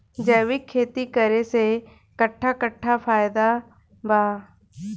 जैविक खेती करे से कट्ठा कट्ठा फायदा बा?